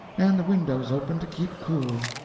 and the windows open to keep cool.